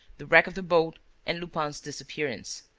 the wreck of the boat and lupin's disappearance.